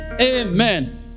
Amen